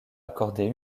accordé